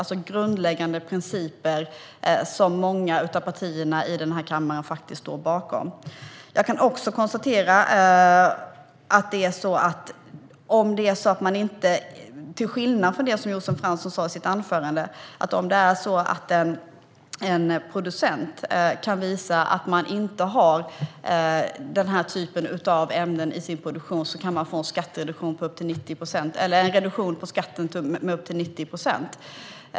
Det är grundläggande principer som många av partierna i kammaren står bakom. Jag kan också konstatera något annat. Om en producent kan visa, till skillnad från vad Josef Fransson sa i sitt anförande, att den inte har den här typen av ämnen i sin produktion kan den få en reduktion av skatten med upp till 90 procent.